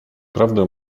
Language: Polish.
prawdę